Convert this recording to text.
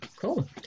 cool